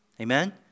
Amen